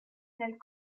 nel